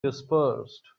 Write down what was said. dispersed